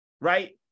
right